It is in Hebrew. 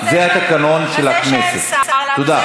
זה התקנון של הכנסת.